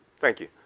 thank you.